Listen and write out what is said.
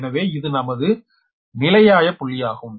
எனவே இது நமது நிலையாய புள்ளியாகும்